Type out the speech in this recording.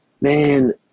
man